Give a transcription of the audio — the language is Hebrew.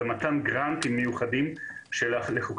פה נלקחים מסעיפים של ועדת הלסינקי,